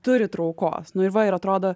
turi traukos nu ir va ir atrodo